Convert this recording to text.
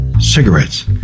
Cigarettes